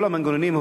כל המנגנונים,